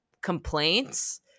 complaints